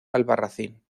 albarracín